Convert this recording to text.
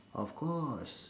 of course